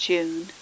June